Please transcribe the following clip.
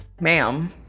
ma'am